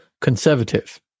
conservative